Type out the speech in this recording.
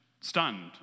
stunned